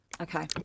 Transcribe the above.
Okay